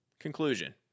Conclusion